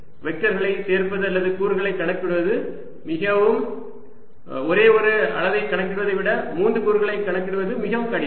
வெக்டர்களை சேர்ப்பது அல்லது கூறுகளைக் கணக்கிடுவது மிகவும்ஒரே ஒரு அளவைக் கணக்கிடுவதை விட மூன்று கூறுகளைக் கணக்கிடுவது மிகவும் கடினம்